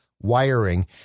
wiring